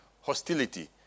hostility